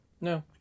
no